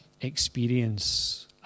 experience